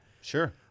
Sure